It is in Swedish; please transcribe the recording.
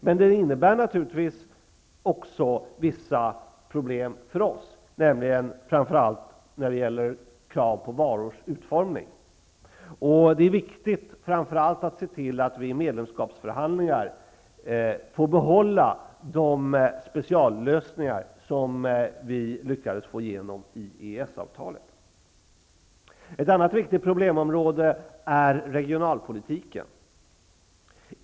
Men detta innebär naturligtvis också vissa problem för oss, framför allt när det gäller krav på varors utformning. Det är framför allt viktigt att vi i medlemskapsförhandlingar ser till att få behålla de speciallösningar som vi lyckats få igenom i EES Ett annat viktigt problemområde är regionalpolitiken.